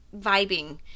vibing